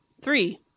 three